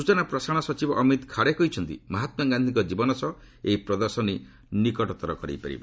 ସୂଚନା ଓ ପ୍ରସାରଣ ସଚିବ ଅମିତ ଖାଡ଼େ କହିଛନ୍ତି ମହାତ୍ମା ଗାନ୍ଧିଙ୍କ ଜୀବନ ସହ ଏହି ପ୍ରଦର୍ଶନୀ ନିକଟତର କରାଇପାରିବ